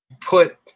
put